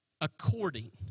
according